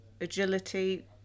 Agility